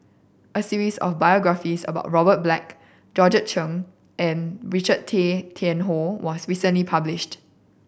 a series of biographies about Robert Black Georgette Chen and Richard Tay Tian Hoe was recently published